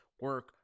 Work